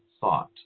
thought